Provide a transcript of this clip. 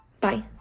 Bye